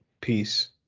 Peace